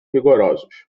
rigorosos